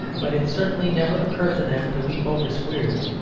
but it certainly never occurred to them to weep over squeers.